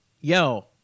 yo